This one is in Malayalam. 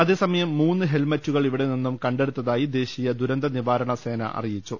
അതേസമയം മൂന്ന് ഹെൽമറ്റുകൾ ഇവിടെനിന്നും കണ്ടെടുത്തായി ദേശീയ ദുരന്ത നിവാരണ സേന അറിയിച്ചു